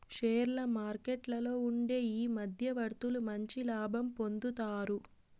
షేర్ల మార్కెట్లలో ఉండే ఈ మధ్యవర్తులు మంచి లాభం పొందుతారు